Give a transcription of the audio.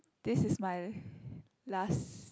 this is my last